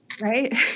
Right